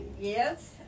Yes